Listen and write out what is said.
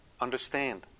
understand